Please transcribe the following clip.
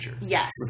Yes